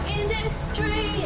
industry